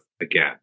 again